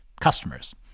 Customers